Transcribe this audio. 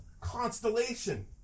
constellation